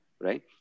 Right